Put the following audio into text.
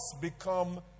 become